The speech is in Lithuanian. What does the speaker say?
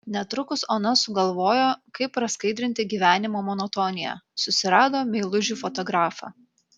netrukus ona sugalvojo kaip praskaidrinti gyvenimo monotoniją susirado meilužį fotografą